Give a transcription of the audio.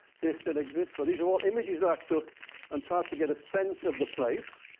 they still exist. so these are all images i took and tried to get a sense of the place.